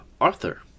Arthur